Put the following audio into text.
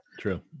True